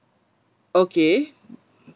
okay